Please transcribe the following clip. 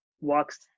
walks